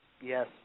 Yes